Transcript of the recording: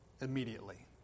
immediately